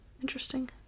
interesting